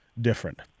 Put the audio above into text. different